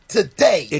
Today